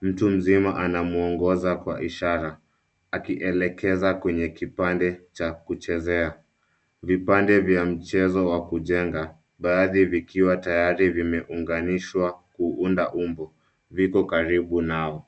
Mtu mzima anamwongoza kwa ishara akielekeza kwenye kipande cha kuchezea. Vipande vya mchezo wa kujenga, baadhi vikiwa tayari vimeunganishwa kuunda umbo, viko karibu nao.